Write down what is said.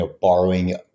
Borrowing